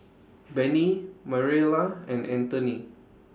Bennie Mariela and Antony